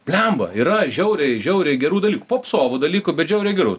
blemba yra žiauriai žiauriai gerų dalykų popsovų dalykų bet žiauriai gerų